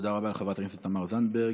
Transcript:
תודה רבה לחברת הכנסת תמר זנדברג.